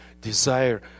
desire